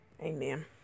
Amen